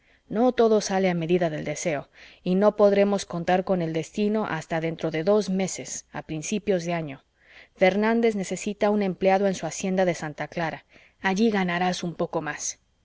no todo sale a medida del deseo y no podremos contar con el destino hasta dentro de dos meses a principios de año fernández necesita un empleado en su hacienda de santa clara allí ganarás un poco más